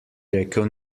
rekel